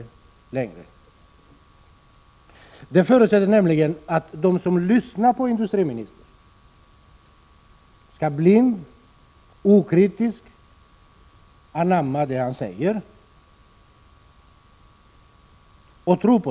Dessa uttalanden förutsätter att de som lyssnar på industriministern blint och okritiskt skall anamma och tro på det han säger.